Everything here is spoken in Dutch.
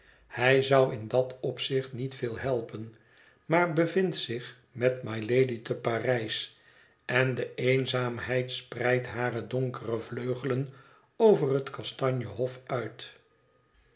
hij zou in dat opzicht niet veel helpen maar bevindt zich met mylady te par ij s en de eenzaamheid spreidt hare donkere vleugelen over het kastanje hof uit